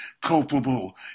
culpable